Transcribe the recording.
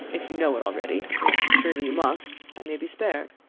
if you know it already, as surely you must, i may be spared.